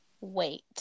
Wait